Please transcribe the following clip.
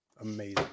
amazing